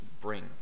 Bring